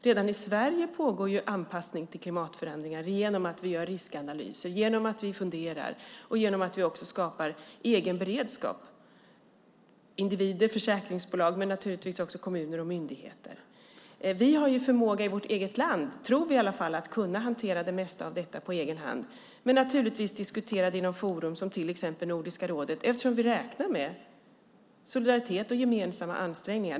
Redan i Sverige pågår anpassning till klimatförändringar genom att vi gör riskanalyser, genom att vi funderar och genom att vi skapar egen beredskap - individer, försäkringsbolag men naturligtvis också kommuner och myndigheter. Vi har förmåga i vårt eget land, tror vi i alla fall, att hantera det mesta av detta på egen hand. Men vi diskuterar naturligtvis i forum som till exempel Nordiska rådet, eftersom vi räknar med solidaritet och gemensamma ansträngningar.